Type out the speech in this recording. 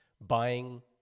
Buying